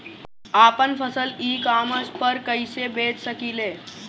आपन फसल e commerce पर कईसे बेच सकिले?